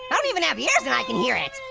i don't even have yeah ears and i can hear it.